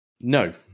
No